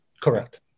Correct